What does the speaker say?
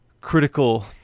critical